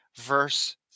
verse